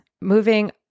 moving